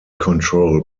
control